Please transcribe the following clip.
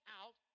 out